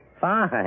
Fine